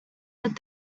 but